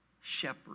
shepherd